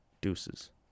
Deuces